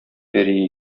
пәрие